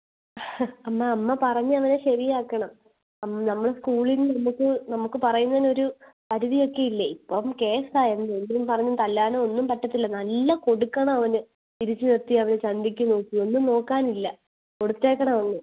അമ്മ അമ്മ പറഞ്ഞവനെ ശരിയാക്കണം അം നമ്മൾ സ്കൂളിൽ വന്നിട്ട് നമക്ക് പറയുന്നതിനൊരു പരിധിയൊക്കെയില്ലേ ഇപ്പം കേസായത് കൊണ്ട് ഒന്നും പറഞ്ഞ് തല്ലാനുവൊന്നും പറ്റത്തില്ല നല്ല കൊടുക്കണവന് തിരിച്ച് നിർത്തി അവന് ചന്തിക്ക് നോക്കി ഒന്നും നോക്കാനില്ല കൊടുത്തേക്കണമൊന്ന്